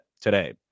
today